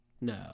No